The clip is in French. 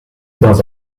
dans